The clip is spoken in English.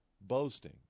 boasting